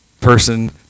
person